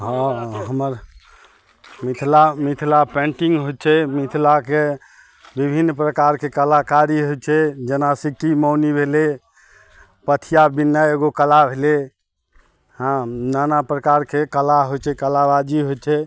हँ हमर मिथिला मिथिला पेन्टिंग होइ छै मिथिलाके विभिन्न प्रकारके कलाकारी होइ छै जेना सिक्की मौनी भेलै पथिया बिन्नै एगो कला भेलै हँ नाना प्रकारके कला होइ छै कलाबाजी होइ छै